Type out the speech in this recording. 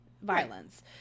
violence